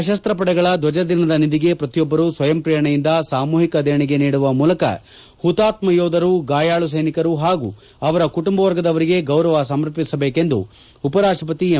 ಸಶಸ್ತ್ರ ಪಡೆಗಳ ಧ್ವಜ ದಿನದ ನಿಧಿಗೆ ಪ್ರತಿಯೊಬ್ಬರೂ ಸ್ವಯಂ ಪ್ರೇರಣೆಯಿಂದ ಸಾಮೂಹಿಕ ದೇಣಿಗೆ ನೀಡುವ ಮೂಲಕ ಹುತಾತ್ಮ ಯೋಧರು ಗಾಯಾಳು ಸ್ಟೆನಿಕರು ಹಾಗೂ ಅವರ ಕುಟುಂಬ ವರ್ಗದವರಿಗೆ ಗೌರವ ಸಮರ್ಪಿಸಬೇಕೆಂದು ಉಪರಾಷ್ಟ ಪತಿ ಎಂ